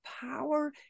power